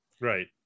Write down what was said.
Right